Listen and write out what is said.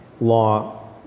law